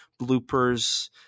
bloopers